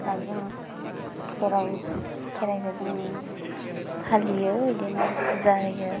दा जोङो खेराइ खेराइखौ जों फालियो बिदिनो फुजा होयो